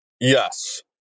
Yes